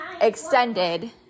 extended